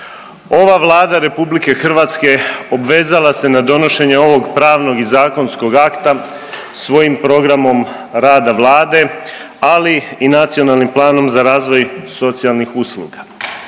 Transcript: Ova Vlada RH obvezala se na donošenje ovog pravnog i zakonskog akta svojim programom rada Vlade, ali i Nacionalnim planom za razvoj socijalnih usluga.